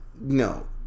no